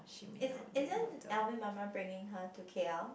isn~ isn't Alvin mama bringing her to K_L